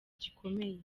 gikomeye